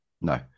No